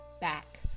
back